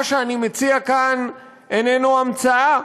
מה שאני מציע כאן איננו המצאה,